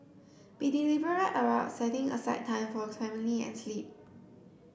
be deliberate about setting aside time for family and sleep